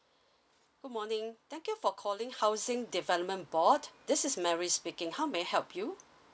good morning thank you for calling housing development board this is mary speaking how may I help you